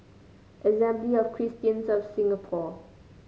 Assembly of Christians of Singapore